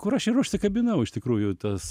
kur aš čia ir užsikabinau iš tikrųjų tas